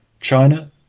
China